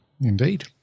Indeed